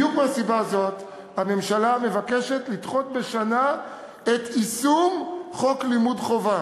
בדיוק מהסיבה הזאת הממשלה מבקשת לדחות בשנה את יישום חוק לימוד חובה.